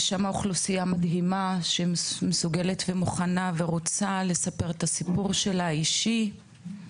יש שם אוכלוסייה מדהימה שמסוגלת ומוכנה ורוצה לספר את הסיפור שלה האישי.